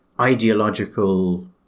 ideological